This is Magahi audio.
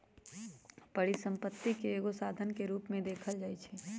परिसम्पत्ति के एगो साधन के रूप में देखल जाइछइ